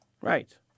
Right